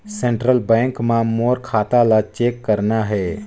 Central bank मां मोर खाता ला चेक करना हे?